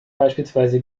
beispielsweise